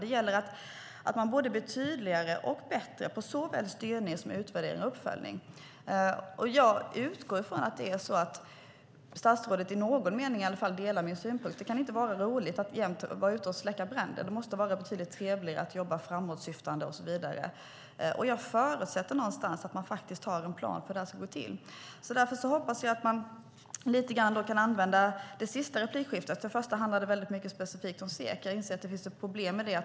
Det gäller att man blir både tydligare och bättre på såväl styrning som utvärdering och uppföljning. Jag utgår från att statsrådet i alla fall i någon mening delar min synpunkt. Det kan inte vara roligt att jämt vara ute och släcka bränder. Det måste vara betydligt trevligare att jobba framåtsyftande. Jag förutsätter att man har en plan för hur det här ska gå till. Det hoppas jag att vi kan använda det sista replikskiftet till att tala om. Det första handlade specifikt om SEK och det problem som finns därmed.